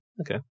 Okay